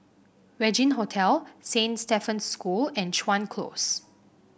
Regin Hotel Saint Stephen's School and Chuan Close